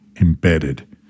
embedded